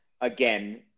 again